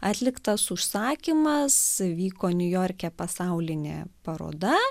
atliktas užsakymas vyko niujorke pasaulinė paroda